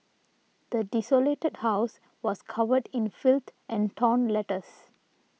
the desolated house was covered in filth and torn letters